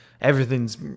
everything's